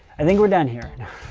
i think we're done here. and